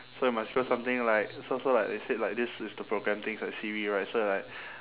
so you must show something like so so like they said like this is the programme thing for siri right so you like